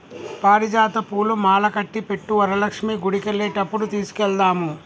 పారిజాత పూలు మాలకట్టి పెట్టు వరలక్ష్మి గుడికెళ్లేటప్పుడు తీసుకెళదాము